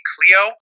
Clio